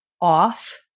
off